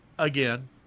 Again